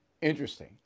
Interesting